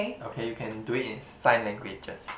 okay you can do it in sign languages